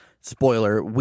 spoiler